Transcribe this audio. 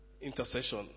intercession